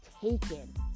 taken